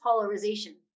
polarization